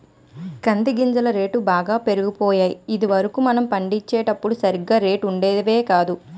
కంది గింజల రేట్లు బాగా పెరిగిపోయాయి ఇది వరకు మనం పండించినప్పుడు సరిగా రేట్లు ఉండేవి కాదు